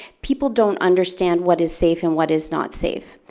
people don't understand what is safe and what is not safe.